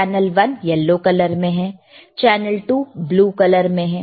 channel 1 पीला colour में है चैनल 2 ब्लू कलर में है